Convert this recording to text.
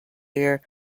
year